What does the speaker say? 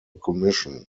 commission